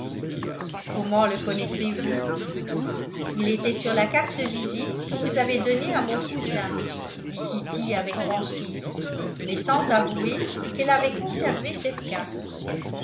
comment le connaissez-vous il était sur la carte de visite que vous avez donnée à mon cousin dit kitty avec franchise mais sans avouer qu'elle avait conservé cette carte